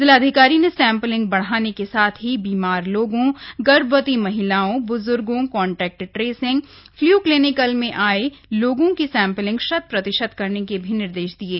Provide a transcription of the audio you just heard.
जिलाधिकारी ने सैंपलिंग बढ़ाने के साथ ही बीमार लोगों गर्भवती महिलाओं ब्ज्गों कॉन्टैक्ट ट्रेसिंग फ्लू किलिनिक में आये लोगों की सैंपलिंग शत प्रतिशत करने के भी निर्देश दिये